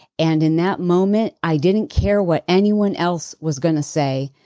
and in that moment i didn't care what anyone else was going to say.